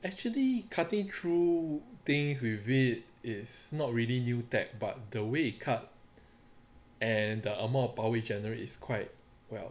actually cutting through things with it is not really new tech but the way it cut the amount of power it generate is quite well